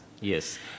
yes